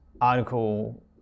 article